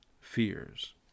fears